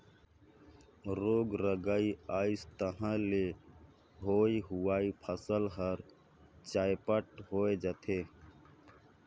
रोग राई अइस तहां ले होए हुवाए फसल हर चैपट होए जाथे